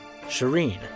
Shireen